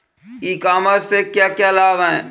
ई commerce से क्या क्या लाभ हैं?